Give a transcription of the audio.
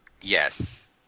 Yes